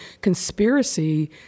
conspiracy